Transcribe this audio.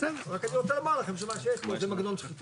רק אני רוצה לומר לכם שמה שיש פה זה מנגנון סחיטה.